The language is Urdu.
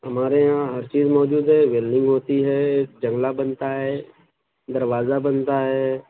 ہمارے یہاں ہر چیز موجود ہے ویلڈنگ ہوتی ہے جنگلہ بنتا ہے دروازہ بنتا ہے